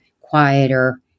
quieter